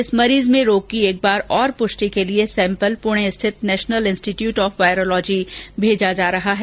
इस मरीज में रोग की एक बार और पुष्टि के लिए सैंपल पुणे स्थित नेशनल इंस्टीट़यूट ऑफ वायरोलॉजी भेजा जा रहा है